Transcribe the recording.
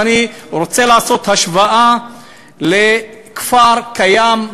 אני רוצה לעשות השוואה בין מועצה אזורית יהודית לכפר קיים,